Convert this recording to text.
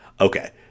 Okay